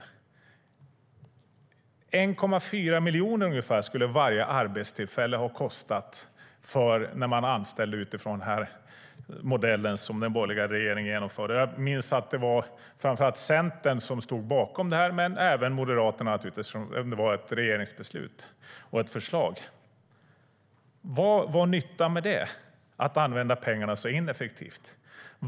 Ungefär 1,4 miljoner skulle varje arbetstillfälle ha kostat när man anställer utifrån den modell som den borgerliga regeringen genomförde. Jag minns att det var framför allt Centern som stod bakom detta, men det var naturligtvis även Moderaterna, eftersom det var ett förslag och beslut från regeringen. Vad var nyttan med att använda pengarna så ineffektivt?